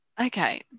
Okay